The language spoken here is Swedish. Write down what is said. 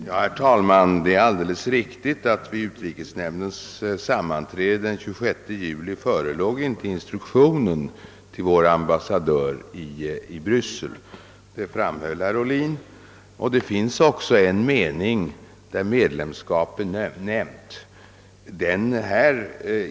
Herr talman! Det är alldeles riktigt att vid utrikesnämndens sammanträde den 26 juli förelåg inte instruktionen till vår ambassadör i Bryssel. Detta framhöll herr Ohlin. Det finns också en mening där ordet medlemskap är nämnt.